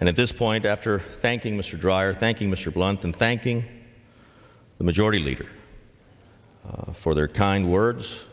and at this point after thanking mr dreier thanking mr blunt and thanking the majority leader for their kind words